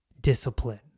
discipline